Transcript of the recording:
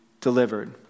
delivered